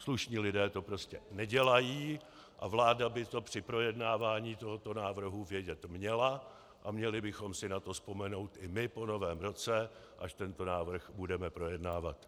Slušní lidé to prostě nedělají a vláda by to při projednávání tohoto návrhu vědět měla a měli bychom si na to vzpomenout i my po Novém roce, až tento návrh budeme projednávat.